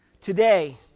Today